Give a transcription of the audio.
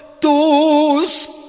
tus